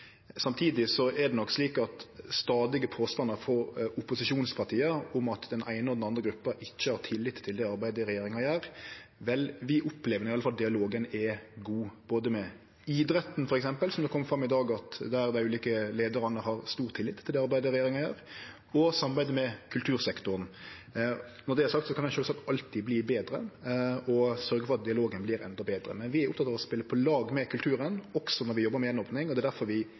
stadige påstandar frå opposisjonsparti om at den eine og andre gruppa ikkje har tillit til det arbeidet regjeringa gjer, så opplever vi no i alle fall at dialogen er god, med både f.eks. idretten, der det i dag kom fram at dei ulike leiarane har stor tillit til det arbeidet regjeringa gjer, og i samarbeidet med kultursektoren. Når det er sagt, kan ein sjølvsagt alltid verte betre og sørgje for at dialogen vert endå betre. Vi er opptekne av å spele på lag med kulturen, også når vi jobbar med å opne igjen, og det er difor vi